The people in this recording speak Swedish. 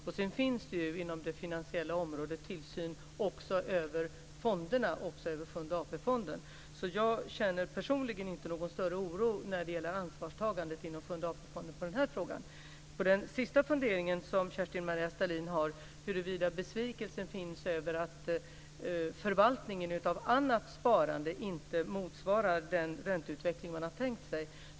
Sedan finns det inom det finansiella området tillsyn också över Sjunde AP-fonden. Så personligen känner jag inte någon större oro för ansvarstagandet inom Sjunde AP-fonden. Kerstin-Maria Stalins hade en avslutande fundering om huruvida det finns besvikelse över att förvaltningen av annat sparande inte motsvarar den ränteutveckling som man har tänkt sig.